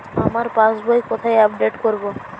আমার পাস বই কোথায় আপডেট করব?